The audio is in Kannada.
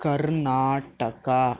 ಕರ್ನಾಟಕ